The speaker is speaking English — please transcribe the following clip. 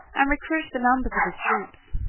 and recruit the numbers of his troops.